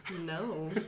No